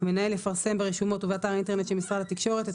המנהל יפרסם ברשומות ובאתר האינטרנט של משרד התקשורת את